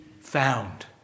found